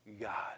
God